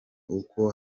uko